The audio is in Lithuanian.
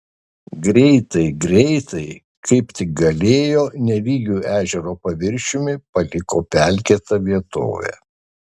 greitai greitai kaip tik galėjo nelygiu ežero paviršiumi paliko pelkėtą vietovę